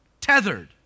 tethered